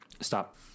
Stop